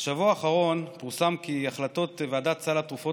בשבוע האחרון פורסם כי החלטות ועדת סל התרופות